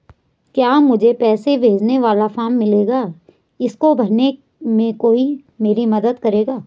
क्या मुझे पैसे भेजने वाला फॉर्म मिलेगा इसको भरने में कोई मेरी मदद करेगा?